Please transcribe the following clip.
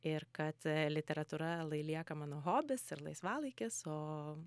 ir kad literatūra lai lieka mano hobis ir laisvalaikis o